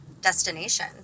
destination